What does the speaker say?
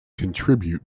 contribute